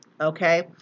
Okay